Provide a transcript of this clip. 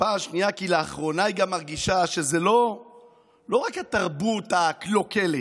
פעם שנייה כי לאחרונה היא גם מרגישה שזה לא רק התרבות הקלוקלת